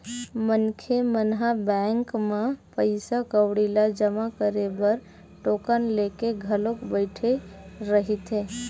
मनखे मन ह बैंक म पइसा कउड़ी ल जमा करे बर टोकन लेके घलोक बइठे रहिथे